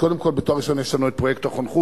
קודם כול, בתואר ראשון יש לנו את פרויקט החונכות,